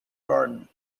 garden